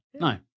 No